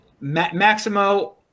maximo